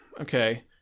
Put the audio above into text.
okay